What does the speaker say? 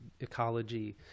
ecology